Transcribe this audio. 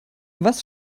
was